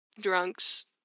Drunks